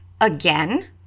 again